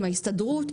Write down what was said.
עם ההסתדרות,